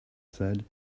said